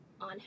on